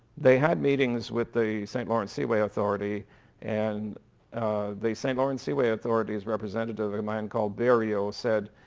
they had meetings with the saint lawrence seaway authority and the st. lawrence seaway authorities representative, a man called barrio said,